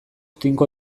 tinko